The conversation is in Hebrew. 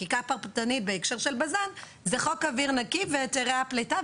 החקיקה הפרטנית בהקשר של בז"ן זה חוק אוויר נקי והיתרי הפליטה,